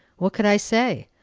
what could i say?